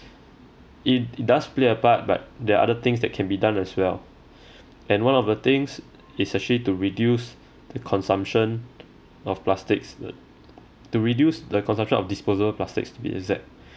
it it does play a part but there are other things that can be done as well and one of the things is actually to reduce the consumption of plastic to reduce the consumption of disposal plastics to be exact